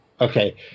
Okay